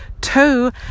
two